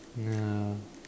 nah